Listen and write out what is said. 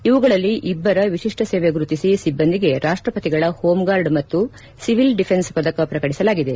ಇವುಗಳಲ್ಲಿ ಇಬ್ಲರ ವಿಶಿಷ್ಟ ಸೇವೆ ಗುರುತಿಸಿ ಸಿಬ್ಲಂದಿಗೆ ರಾಷ್ಟಪತಿಗಳ ಹೋಂಗಾರ್ಡ್ ಮತ್ತು ಸಿವಿಲ್ ಡಿಫೆನ್ಸ್ ಪದಕ ಪ್ರಕಟಿಸಲಾಗಿದೆ